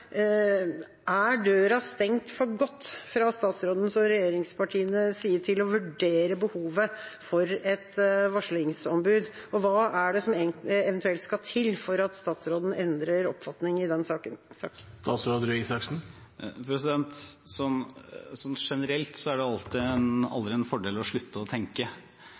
er om døra er stengt for godt fra statsrådens og regjeringspartienes side når det gjelder å vurdere behovet for et varslingsombud. Hva skal eventuelt til for at statsråden endrer oppfatning i denne saken? Generelt er det aldri en fordel å slutte å tenke.